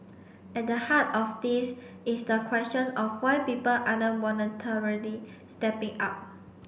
at the heart of this is the question of why people aren't voluntarily stepping up